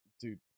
Dude